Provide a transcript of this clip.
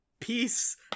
peace